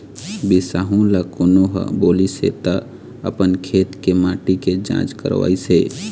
बिसाहू ल कोनो ह बोलिस हे त अपन खेत के माटी के जाँच करवइस हे